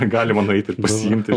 galima nueiti ir pasiimti